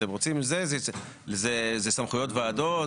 זה סמכויות ועדות,